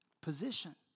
position